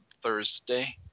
thursday